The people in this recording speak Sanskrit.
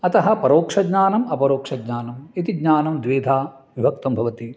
अतः परोक्षज्ञानम् अपरोक्षज्ञानम् इति ज्ञानं द्विधा विभक्तं भवति